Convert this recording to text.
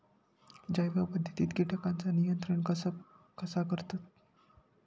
जैव पध्दतीत किटकांचा नियंत्रण कसा करतत?